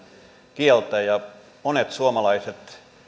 kieltä ja monet